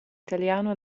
italiano